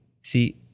See